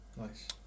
nice